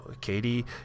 Katie